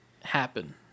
happen